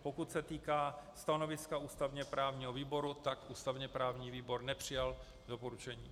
Pokud se týká stanoviska ústavněprávního výboru, tak ústavněprávní výbor nepřijal doporučení.